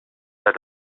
said